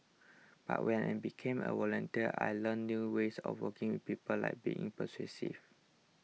but when I became a volunteer I learnt new ways of working with people like being persuasive